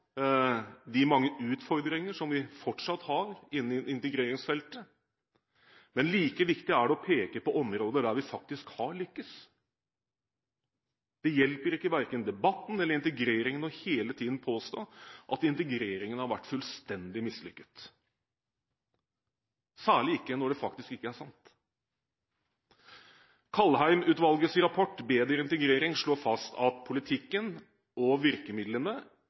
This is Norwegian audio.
de mange utfordringer som vi fortsatt har innen integreringsfeltet, men like viktig er det å peke på områder der vi faktisk har lyktes. Det hjelper ikke verken debatten eller integreringen hele tiden å påstå at integreringen har vært fullstendig mislykket – særlig ikke når det faktisk ikke er sant. Kalheim-utvalgets rapport, Bedre integrering, slår fast «at politikken og virkemidlene